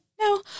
no